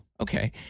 okay